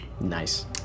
nice